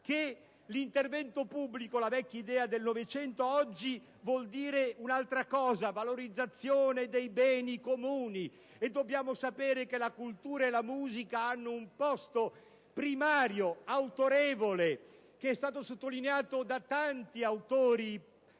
che l'intervento pubblico, la vecchia idea del Novecento, oggi vuol dire un'altra cosa: valorizzazione dei beni comuni. Dobbiamo sapere che la cultura e la musica hanno un costo primario autorevole, che è stato sottolineato da tanti autori.